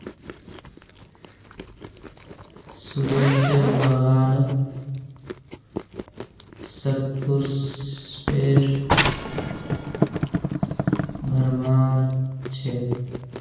सुरेशेर बागानत शतपुष्पेर भरमार छ